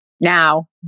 now